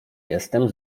jestem